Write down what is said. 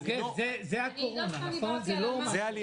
יוגב, זה הקורונה, זה לא משהו אחר?